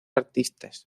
artistas